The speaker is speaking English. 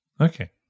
Okay